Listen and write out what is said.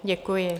Děkuji.